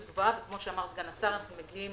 כפי שאמר סגן השר, אנו מגיעים